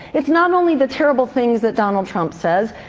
it's not only the terrible things that donald trump says,